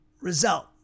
result